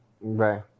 Right